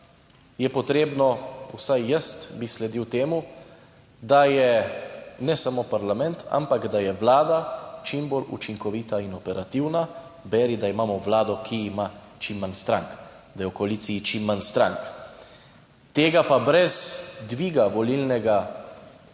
Je potrebno, vsaj jaz bi sledil temu, da je ne samo parlament, ampak da je vlada čim bolj učinkovita in operativna, beri, da imamo vlado, ki ima čim manj strank, da je v koaliciji čim manj strank. Tega pa brez dviga volilnega